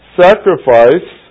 sacrifice